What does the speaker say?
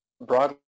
broadly